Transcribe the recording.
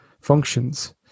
functions